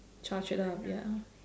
charge it up ya